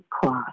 cross